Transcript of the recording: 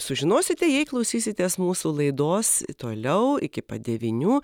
sužinosite jei klausysitės mūsų laidos toliau iki pat devynių